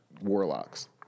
warlocks